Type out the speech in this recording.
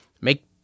make